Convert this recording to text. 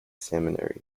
seminary